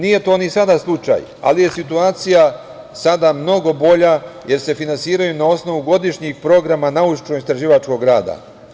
Nije to ni sada slučaj, ali je situacija sada mnogo bolja, jer se finansiraju na osnovu godišnjih programa naučno-istraživačkog rada.